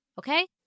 Okay